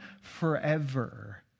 forever